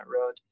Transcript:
road